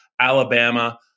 Alabama